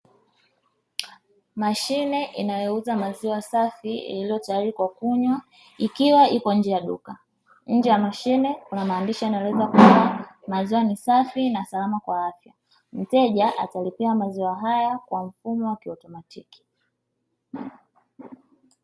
Mashine inayouza maziwa safi yaliyotayari kwa kunywa ikiwa ipo nje ya duka. Nje ya mashine kuna maandishi yanayoweza kusomeka maziwa ni safi na salama kwa afya. Mteja atalipia maziwa haya kwa mfumo wa kiotomatiki.